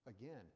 Again